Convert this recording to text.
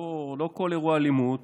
לא כל אירוע אלימות,